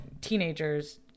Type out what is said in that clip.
teenagers